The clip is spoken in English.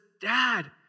Dad